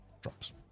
drops